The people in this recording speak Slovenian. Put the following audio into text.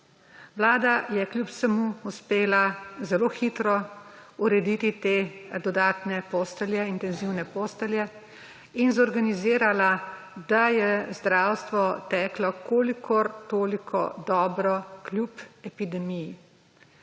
Vlada je kljub vsemu uspela zelo hitro urediti te dodatne postelje, intenzivne postelje in zorganizirala, da je zdravstvo teklo kolikor toliko dobro kljub epidemiji.